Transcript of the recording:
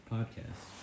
Podcast